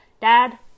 Dad